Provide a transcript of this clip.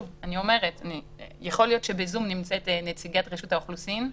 אולי נמצאת בזום נציגת רשות האוכלוסין?